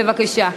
בבקשה.